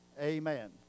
Amen